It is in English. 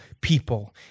people